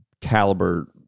caliber